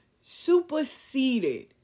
superseded